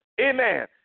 Amen